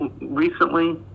recently